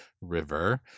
River